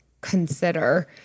consider